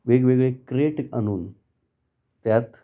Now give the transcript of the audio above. वेगवेगळे क्रेट आणून त्यात